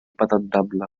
patentable